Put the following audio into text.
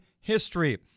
history